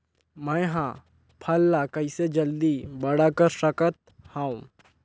मैं ह फल ला कइसे जल्दी बड़ा कर सकत हव?